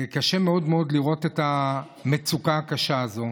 קשה מאוד מאוד לראות את המצוקה הקשה הזאת.